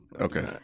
okay